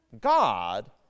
God